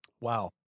Wow